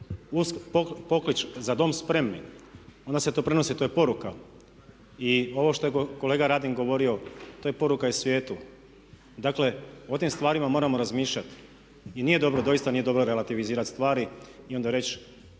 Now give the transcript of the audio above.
pokliču za Dom spremni onda se to prenosi, to je poruka. I ovo što je kolega Radin govorio to je poruka i svijetu. Dakle o tim stvarima moramo razmišljati. I nije dobro, doista nije dobro relativizirati stvari i onda reći